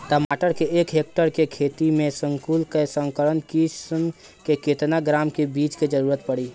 टमाटर के एक हेक्टेयर के खेती में संकुल आ संकर किश्म के केतना ग्राम के बीज के जरूरत पड़ी?